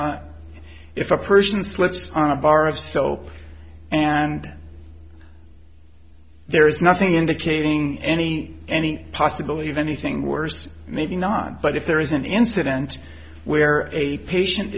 t if a persian slips on a bar of soap and there is nothing indicating any any possibility of anything worse maybe not but if there is an incident where a patient